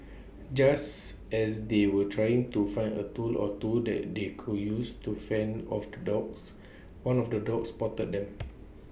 just as they were trying to find A tool or two that they could use to fend off the dogs one of the dogs spotted them